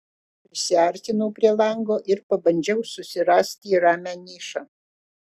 prisiartinau prie lango ir pabandžiau susirasti ramią nišą